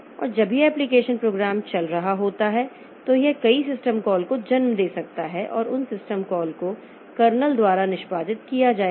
और जब यह एप्लिकेशन प्रोग्राम चल रहा होता है तो यह कई सिस्टम कॉल को जन्म दे सकता है और उन सिस्टम कॉल को कर्नेल द्वारा निष्पादित किया जाएगा